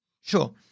Sure